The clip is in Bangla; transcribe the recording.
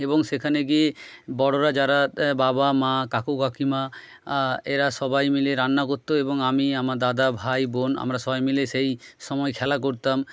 এবং সেখানে গিয়ে বড়রা যারা বাবা মা কাকু কাকিমা এরা সবাই মিলে রান্না করত এবং আমি আমার দাদা ভাই বোন আমরা সবাই মিলে সেই সময় খেলা করতাম